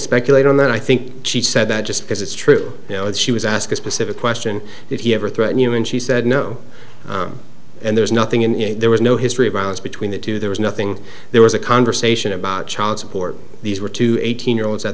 speculate on that i think she said that just because it's true you know and she was asked specific question did he ever threaten you and she said no and there's nothing in it there was no history of violence between the two there was nothing there was a conversation about child support these were two eighteen year olds at